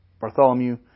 Bartholomew